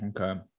Okay